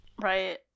Right